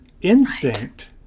instinct